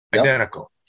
identical